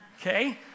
Okay